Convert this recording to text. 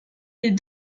des